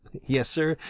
yes, sir,